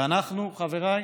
ואנחנו, חבריי,